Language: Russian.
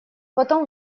потом